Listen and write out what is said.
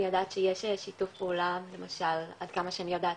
אני יודעת שיש שיתוף פעולה למשל עד כמה שאני יודעת